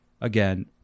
again